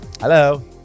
Hello